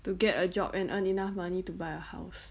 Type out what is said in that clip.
to get a job and earn enough money to buy a house